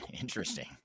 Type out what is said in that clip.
Interesting